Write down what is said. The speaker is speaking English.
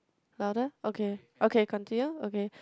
louder okay okay continue okay